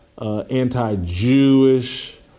anti-Jewish